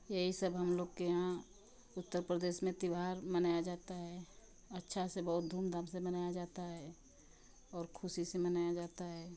यही सब हम लोग के यहाँ उत्तर प्रदेश में त्यौहार मनाया जाता है अच्छा से बहुत धूम धाम से मनाया जाता है और खुशी से मनाया जाता है